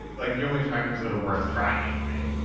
like you only track things that are worth tracking, right?